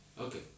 Okay